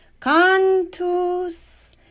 Cantus